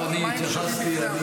גם אני התייחסתי.